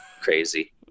crazy